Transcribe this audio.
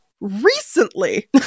recently